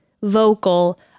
vocal